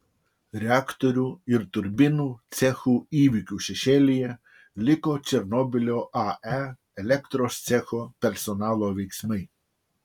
reaktorių ir turbinų cechų įvykių šešėlyje liko černobylio ae elektros cecho personalo veiksmai